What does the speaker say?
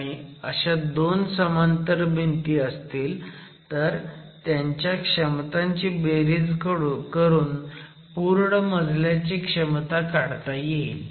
आणि अशा 2 समांतर भिंती असतील तर त्यांच्या क्षमतांची बेरीज करून पूर्ण मजल्याची क्षमता काढता येईल